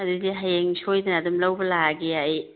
ꯑꯗꯨꯗꯤ ꯍꯌꯦꯡ ꯁꯣꯏꯗꯅ ꯑꯗꯨꯝ ꯂꯧꯕ ꯂꯥꯛꯑꯒꯦ ꯑꯩ